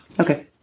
Okay